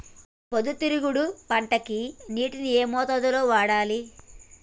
పొద్దుతిరుగుడు పంటకి నీటిని ఏ మోతాదు లో వాడాలి?